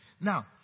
Now